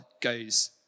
goes